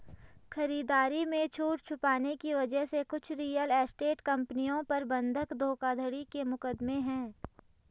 खरीदारी में छूट छुपाने की वजह से कुछ रियल एस्टेट कंपनियों पर बंधक धोखाधड़ी के मुकदमे हैं